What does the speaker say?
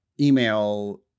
email